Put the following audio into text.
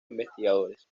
investigadores